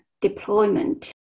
deployment